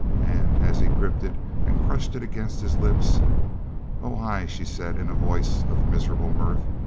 and as he gripped it and crushed it against his lips oh, ay, she said in a voice of miserable mirth.